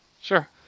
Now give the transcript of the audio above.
Sure